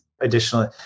additionally